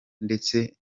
ndetse